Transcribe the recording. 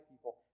people